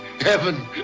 heaven